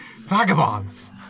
Vagabonds